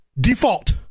default